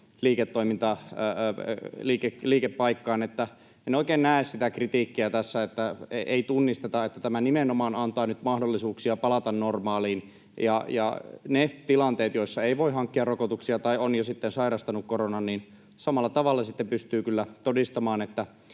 vaikkapa muuhun liikepaikkaan. En oikein näe sitä kritiikkiä tässä, kun ei tunnisteta, että tämä nimenomaan antaa nyt mahdollisuuksia palata normaaliin. Niissä tilanteissa, joissa ei voi hankkia rokotuksia tai on jo sairastanut koronan, pystyy kyllä samalla tavalla sitten todistamaan, että